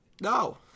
No